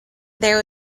there